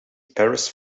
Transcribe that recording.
paris